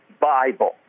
Bible